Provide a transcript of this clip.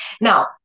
now